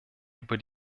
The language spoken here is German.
über